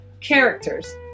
characters